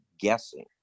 guessing